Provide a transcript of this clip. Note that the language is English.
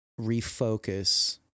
refocus